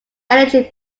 energy